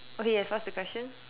okay yes what's the question